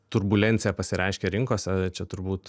turbulencija pasireiškia rinkose čia turbūt